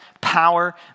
power